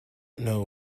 know